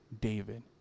David